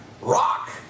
rock